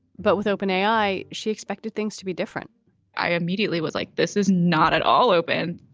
but with open eye, she expected things to be different i immediately was like, this is not at all open.